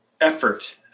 effort